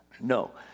No